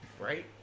Right